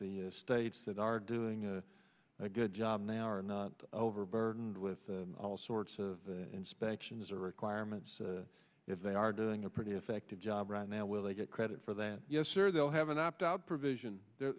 the states that are doing a good job now are not overburdened with all sorts of inspections or requirements if they are doing a pretty effective job right now will they get credit for that yes or they'll have an opt out provision